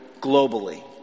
globally